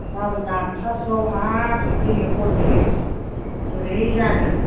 गाबोन आदथासोआव हाब दिनै हरसे बोरै जानो